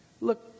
look